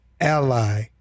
ally